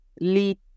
lead